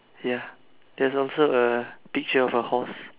ya there's also a picture of a horse